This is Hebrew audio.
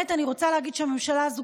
אני רוצה להגיד שהממשלה הזו,